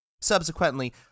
Subsequently